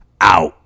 out